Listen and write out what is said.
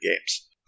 games